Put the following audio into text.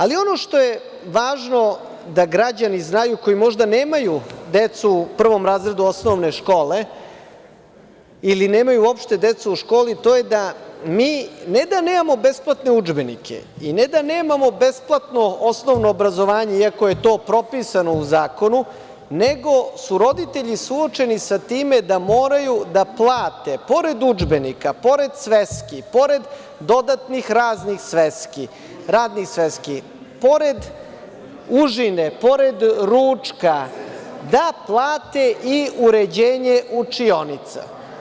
Ali, ono što je važno da građani znaju, koji možda nemaju decu u prvom razredu osnovne škole ili nemaju uopšte decu u školi, to je da mi ne da nemamo besplatne udžbenike i ne da nemamo besplatno osnovno obrazovanje, iako je to propisano u zakonu, nego su roditelji suočeni sa time da moraju da plate, pored udžbenika, pored sveski, pored dodatnih radnih sveski, pored užine, pored ručka, da plate i uređenje učionica.